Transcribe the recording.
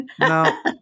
No